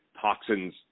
toxins